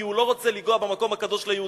כי הוא לא רוצה לנגוע במקום הקדוש ליהודים,